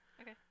Okay